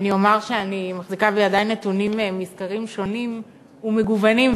אומר שאני מחזיקה בידי נתונים מסקרים שונים ומגוונים,